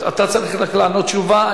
אתה צריך רק לענות תשובה.